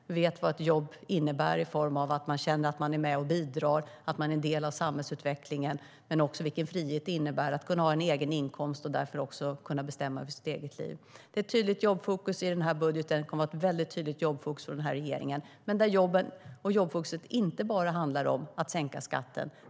Vi vet vad ett jobb innebär för att man ska känna att man är med och bidrar och är en del av samhällsutvecklingen men också vilken frihet det innebär att kunna ha en egen inkomst och därför kunna bestämma över sitt eget liv. Det är ett tydligt jobbfokus i den här budgeten från regeringen, men detta jobbfokus kommer inte bara att handla om att sänka skatten.